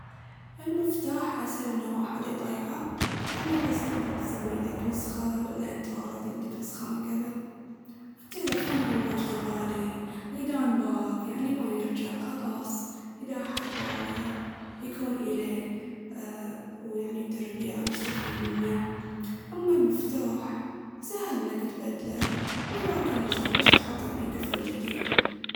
المفتاح أسهل إن واحد يضيعه، لأن بس تقدر تسوي ليك نسخة ولا أنت أولردي عندك نسخة من قبل. والتيلفون هو واجد غالي، وإذا انباق يعني ما يرجع خلاص. إذا أحد باقه يكون إليه ويعني يقدر يبيعه ويستفيد منه. أما المفتاح، فسهل إنك تبدله وإذا كلش كلش تحط يعني قفل جديد.